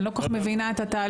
אני לא כל כך מבינה את התהליך.